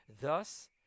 thus